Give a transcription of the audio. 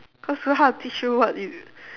cause very hard to teach you what you